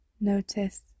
Notice